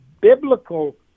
biblical